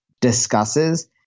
discusses